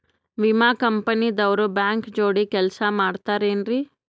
ವಿಮಾ ಕಂಪನಿ ದವ್ರು ಬ್ಯಾಂಕ ಜೋಡಿ ಕೆಲ್ಸ ಮಾಡತಾರೆನ್ರಿ?